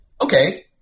Okay